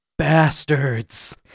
bastards